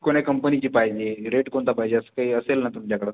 कोणत्या कंपनीची पाहिजे रेट कोणता पाहिजे असं काही असेल ना तुमच्याकडं